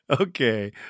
Okay